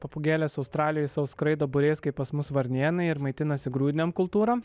papūgėlės australijoj sau skraido būriais kaip pas mus varnėnai ir maitinasi grūdinėm kultūrom